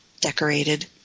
decorated